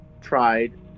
tried